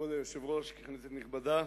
כבוד היושב-ראש, כנסת נכבדה,